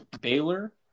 Baylor